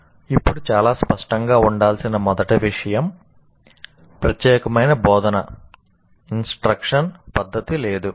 ఇప్పుడు చాలా స్పష్టంగా ఉండాల్సిన మొదటి విషయం ప్రత్యేకమైన బోధనా పద్ధతి లేదు